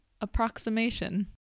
approximation